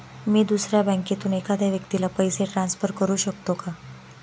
मी दुसऱ्या बँकेतून एखाद्या व्यक्ती ला पैसे ट्रान्सफर करु शकतो का?